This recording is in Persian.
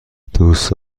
دوست